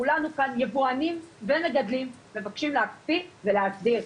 כולנו כאן יבואנים ומגדלים מבקשים להקפיא ולהסדיר.